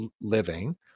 living